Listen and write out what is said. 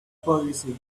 policy